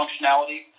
functionality